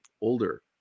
older